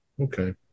okay